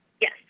Yes